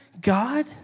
God